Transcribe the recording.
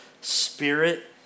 spirit